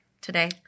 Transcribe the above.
today